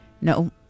No